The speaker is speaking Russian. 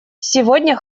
сегодня